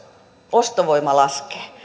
ostovoima laskee